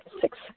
six